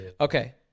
okay